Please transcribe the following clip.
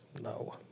No